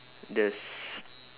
the s~